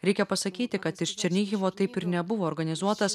reikia pasakyti kad iš černihivo taip ir nebuvo organizuotas